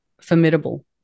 formidable